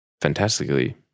fantastically